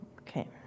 okay